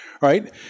Right